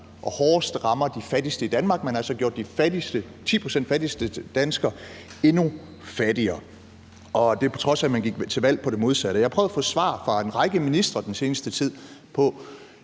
primært rammer de fattigste i Danmark hårdest. Man har altså gjort de 10 pct. fattigste danskere endnu fattigere. Og det er, på trods af at man gik til valg på det modsatte. Jeg har prøvet at få svar fra en række ministre den seneste tid på,